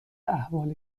احوال